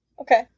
Okay